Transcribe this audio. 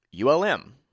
ULM